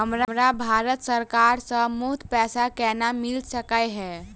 हमरा भारत सरकार सँ मुफ्त पैसा केना मिल सकै है?